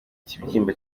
ikibyimba